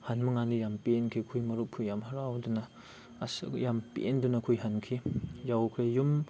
ꯍꯟꯕ ꯀꯥꯟꯗ ꯌꯥꯝ ꯄꯦꯟꯈꯤ ꯑꯩꯈꯣꯏ ꯃꯔꯨꯞ ꯈꯣꯏ ꯌꯥꯝ ꯍꯔꯥꯎꯗꯨꯅ ꯑꯩꯈꯣꯏ ꯌꯥꯝ ꯄꯦꯟꯗꯨꯅ ꯑꯩꯈꯣꯏ ꯍꯟꯈꯤ ꯌꯧꯈ꯭ꯔꯦ ꯌꯨꯝ